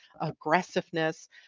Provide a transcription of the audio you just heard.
aggressiveness